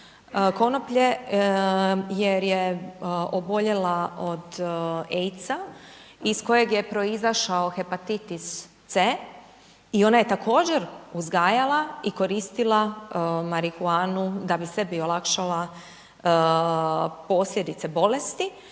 konoplje jer je oboljela od AIDS-a iz kojeg je proizašao hepatitis C i ona je također uzgajala i koristila marihuanu da bi sebi olakšala posljedice bolesti,